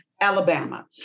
Alabama